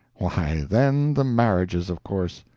why, then the marriages, of course.